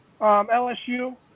LSU